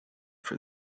for